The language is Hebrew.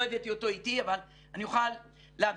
לא הבאתי אותו איתי אבל אני אוכל להעביר